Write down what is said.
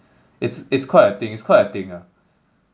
it's it's quite a thing it's quite a thing ah